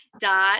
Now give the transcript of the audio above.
dot